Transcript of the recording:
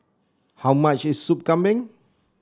how much is Soup Kambing